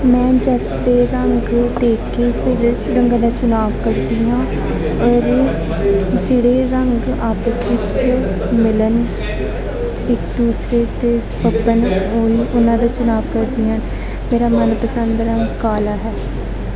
ਮੈਂ ਜੱਚਦੇ ਰੰਗ ਦੇਖ ਕੇ ਫਿਰ ਰੰਗ ਦਾ ਚੁਣਾਓ ਕਰਦੀ ਹਾਂ ਔਰ ਜਿਹੜੇ ਰੰਗ ਆਪਸ ਵਿੱਚ ਮਿਲਣ ਇੱਕ ਦੂਸਰੇ 'ਤੇ ਫੱਬਣ ਉਹੀ ਉਨ੍ਹਾਂ ਦਾ ਚੁਣਾਓ ਕਰਦੀ ਹਾਂ ਮੇਰਾ ਮਨਪਸੰਦ ਰੰਗ ਕਾਲਾ ਹੈ